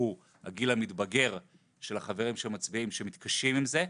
הוא הגיל המתבגר של החברים שמצביעים ומתקשים עם זה,